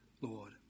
Lord